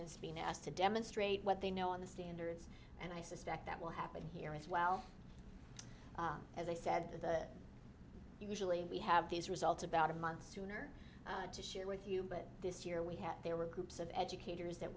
students being asked to demonstrate what they know on the standards and i suspect that will happen here as well as i said that the usually we have these results about a month sooner to share with you but this year we had there were groups of educators that